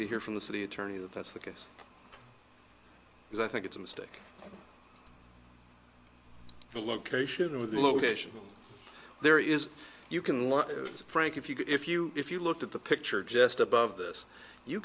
to hear from the city attorney that that's the case because i think it's a mistake the location of the location there is you can live frank if you could if you if you looked at the picture just above this you